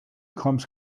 clumps